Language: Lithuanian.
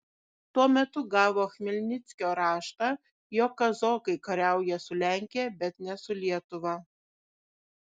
tuo metu gavo chmelnickio raštą jog kazokai kariauja su lenkija bet ne su lietuva